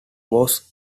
was